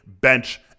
bench